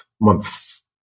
Months